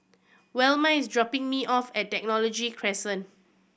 Velma is dropping me off at Technology Crescent